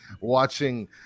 Watching